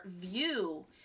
view